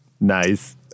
Nice